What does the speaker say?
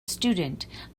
student